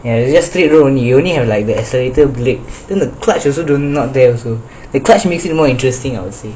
ya straight road only you only have like the accelerator break then the clutch also do not don't not there also the clutch makes it more interesting I would say